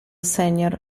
senior